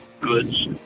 goods